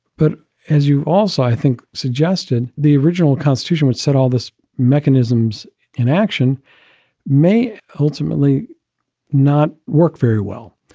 but as you also, i think suggested, the original constitution, which set all this mechanisms and action may ultimately not work very well.